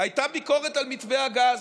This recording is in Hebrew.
הייתה ביקורת על מתווה הגז: